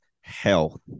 health